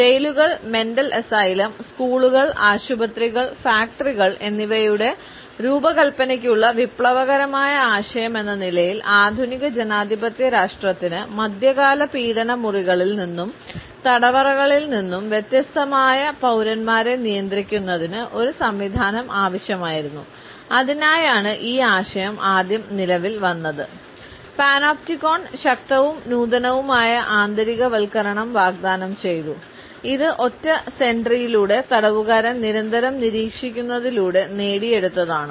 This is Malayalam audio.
ജയിലുകൾ മെൻറ്ൽ അസൈലം സ്കൂളുകൾ ആശുപത്രികൾ ഫാക്ടറികൾ എന്നിവയുടെ രൂപകൽപ്പനയ്ക്കുള്ള വിപ്ലവകരമായ ആശയം എന്ന നിലയിൽ ആധുനിക ജനാധിപത്യ രാഷ്ട്രത്തിന് മധ്യകാല പീഡന മുറികളിൽ നിന്നും തടവറകളിൽ നിന്നും വ്യത്യസ്തമായ പൌരന്മാരെ നിയന്ത്രിക്കുന്നതിന് ഒരു സംവിധാനം ആവശ്യമായിരുന്നുഅതിനായാണ് ഈ ആശയം ആദ്യം നിലവിൽ വന്നത് പനോപ്റ്റിക്കോൺ ശക്തവും നൂതനവുമായ ആന്തരികവൽക്കരണം വാഗ്ദാനം ചെയ്തു ഇത് ഒറ്റ സെന്റിയിലൂടെ തടവുകാരെ നിരന്തരം നിരീക്ഷിക്കുന്നതിലൂടെ നേടിയെടുത്തതാണ്